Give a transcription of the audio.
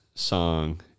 song